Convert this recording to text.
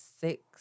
six